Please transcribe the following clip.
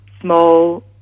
small